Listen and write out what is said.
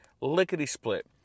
lickety-split